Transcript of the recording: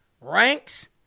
ranks